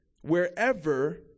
wherever